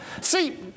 see